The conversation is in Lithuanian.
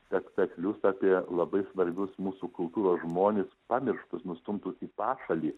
spektaklius apie labai svarbius mūsų kultūros žmones pamirštus nustumtus į pašalį